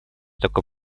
такой